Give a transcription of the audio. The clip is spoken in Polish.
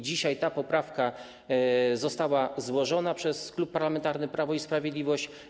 Dzisiaj ta poprawka została złożona przez Klub Parlamentarny Prawo i Sprawiedliwość.